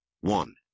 One